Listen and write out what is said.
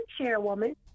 chairwoman